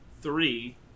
three